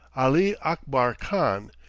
ali akbar khan,